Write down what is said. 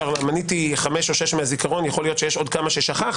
מניתי חמש או שש מהזיכרון ויכול להיות שיש עוד כמה ששכחתי